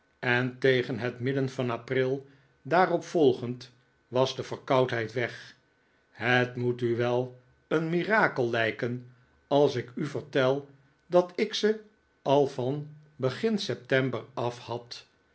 en tegen het midden van april daaropvolgend was de verkoudheid weg het moet u wel een mirakel lijken als ik u vertel dat ik ze al van begin september af had